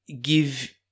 give